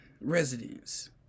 residents